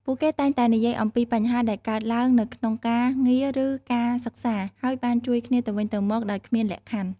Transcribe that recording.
ពួកគេតែងតែនិយាយអំពីបញ្ហាដែលកើតឡើងនៅក្នុងការងារឬការសិក្សា ហើយបានជួយគ្នាទៅវិញទៅមកដោយគ្មានលក្ខខណ្ឌ។